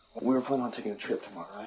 we were planning on taking a trip